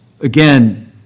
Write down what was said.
again